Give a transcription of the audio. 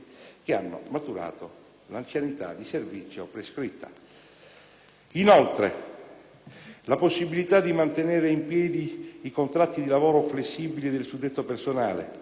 che hanno maturato l'anzianità di servizio prescritta. Inoltre, la possibilità di mantenere in piedi i contratti di lavoro flessibile del suddetto personale,